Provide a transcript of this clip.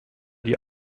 die